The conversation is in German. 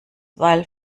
weil